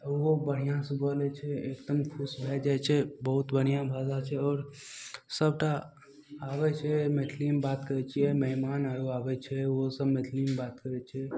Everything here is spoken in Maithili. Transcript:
उहो बढ़िआँसँ बोलय छै एकदम खुश भए जाइ छै बहुत बढ़िआँ भाषा छै आओर सभटा आबय छै मैथलियेमे बात करय छियै मेहमान आर आबय छै उहो सभ मैथलिये मे बात करय छै